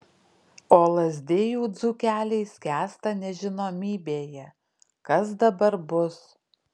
o lazdijų dzūkeliai skęsta nežinomybėje kas dabar bus